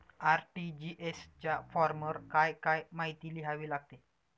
RTGS च्या फॉर्मवर काय काय माहिती लिहावी लागते?